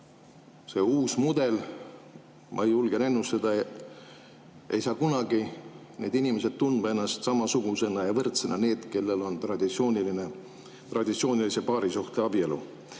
See uus mudel … Ma julgen ennustada, ei saa kunagi need inimesed tundma ennast samasugustena ja võrdsetena nendega, kellel on traditsioonilise paarisuhte abielu.